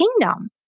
kingdom